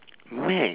math